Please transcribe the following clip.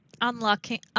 unlocking